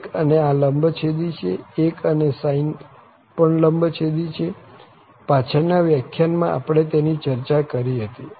1 અને આ લંબછેદી છે 1 અને sine પણ લંબછેદી છે પાછળ ના વ્યાખ્યાનમાં આપણે તેની ચર્ચા કરી હતી